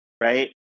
right